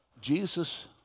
Jesus